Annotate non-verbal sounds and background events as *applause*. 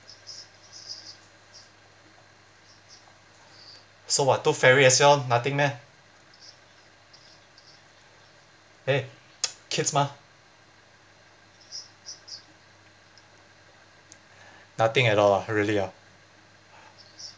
so what tooth fairy as well nothing meh eh *noise* kids mah nothing at all ah really ah